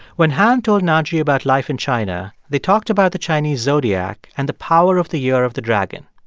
when han told naci about life in china, they talked about the chinese zodiac and the power of the year of the dragon.